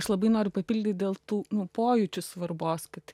aš labai noriu papildyt dėl tų nu pojūčių svarbos kad